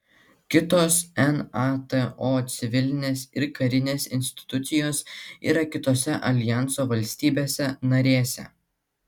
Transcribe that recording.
kitos nato civilinės ir karinės institucijos yra kitose aljanso valstybėse narėse